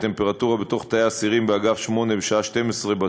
הטמפרטורה בתוך תאי האסירים באגף 8 בשעה 12:00,